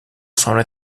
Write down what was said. sonra